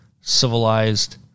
civilized